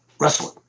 wrestling